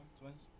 twins